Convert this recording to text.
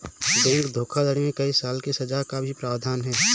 bank धोखाधड़ी में कई साल की सज़ा का भी प्रावधान है